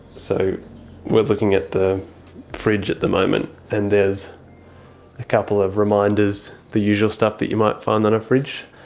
so we're looking at the fridge at the moment and there's a couple of reminders. the usual stuff that you might find on a fridge.